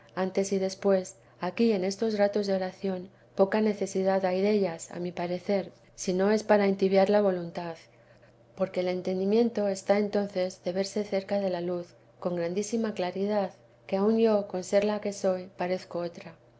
antes y después aquí en estos ratos de oración poca necesidad hay dellas a mi parecer si no es para entibiar teresa de la voluntad porque el entendimiento está entonces de verse cerca de la luz con grandísima claridad que aun yo con ser la que soy parezco otra